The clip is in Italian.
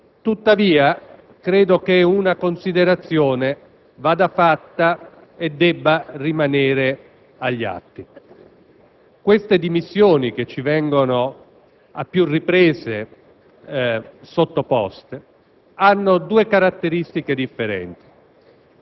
Presidente, ci troviamo a votare la richiesta di dimissioni di due colleghi. Non è la prima volta; in una precedente occasione, in dichiarazione di voto,